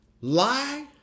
lie